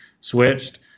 switched